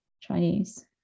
Chinese